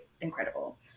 incredible